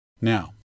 Now